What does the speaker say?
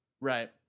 Right